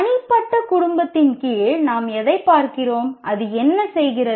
தனிப்பட்ட குடும்பத்தின் கீழ் நாம் எதைப் பார்க்கிறோம் அது என்ன செய்கிறது